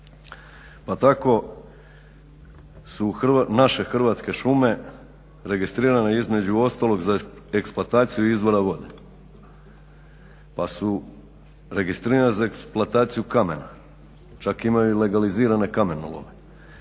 Pa tako su naše Hrvatske šume registrirane između ostalog za eksploataciju izvora vode, pa su registrirane za eksploataciju kamena, čak imaju i legalizirane kamenolome,